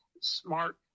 smart